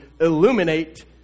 illuminate